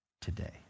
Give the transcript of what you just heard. today